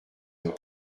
d’or